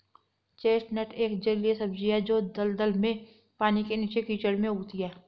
chestnut एक जलीय सब्जी है जो दलदल में, पानी के नीचे, कीचड़ में उगती है